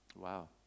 Wow